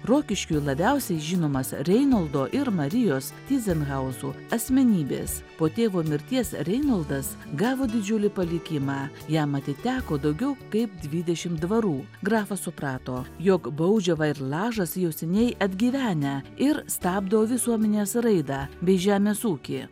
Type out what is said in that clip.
rokiškiui labiausiai žinomas reinoldo ir marijos tyzenhauzų asmenybės po tėvo mirties reinoldas gavo didžiulį palikimą jam atiteko daugiau kaip dvidešim dvarų grafas suprato jog baudžiava ir lažas jau seniai atgyvenę ir stabdo visuomenės raidą bei žemės ūkį